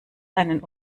einen